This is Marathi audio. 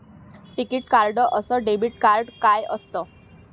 टिकीत कार्ड अस डेबिट कार्ड काय असत?